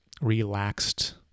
relaxed